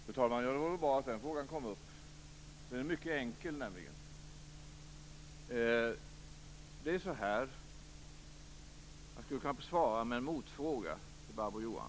Fru talman! Det var bra att den frågan kom upp. Den är mycket enkel nämligen. Jag skulle kunna besvara den med en motfråga.